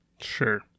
Sure